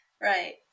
right